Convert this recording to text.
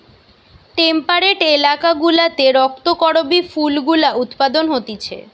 temperate এলাকা গুলাতে রক্ত করবি ফুল গুলা উৎপাদন হতিছে